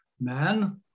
man